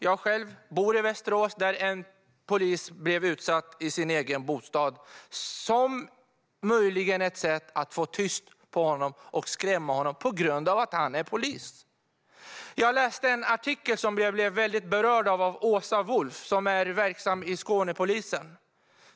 Jag själv bor i Västerås, där en polis blev utsatt i sin egen bostad, möjligen som ett sätt att få tyst på honom och skrämma honom på grund av att han är polis. Jag läste en artikel av Åsa Wulff vid Skånepolisen.